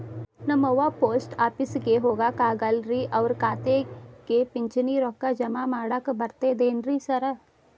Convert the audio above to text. ನಮ್ ಅವ್ವ ಪೋಸ್ಟ್ ಆಫೇಸಿಗೆ ಹೋಗಾಕ ಆಗಲ್ರಿ ಅವ್ರ್ ಖಾತೆಗೆ ಪಿಂಚಣಿ ರೊಕ್ಕ ಜಮಾ ಮಾಡಾಕ ಬರ್ತಾದೇನ್ರಿ ಸಾರ್?